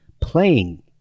playing